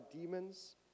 demons